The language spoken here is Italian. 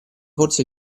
forse